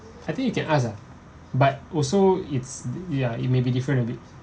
I think you can ask ah but also it's ya it may be different a bit